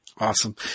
Awesome